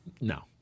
no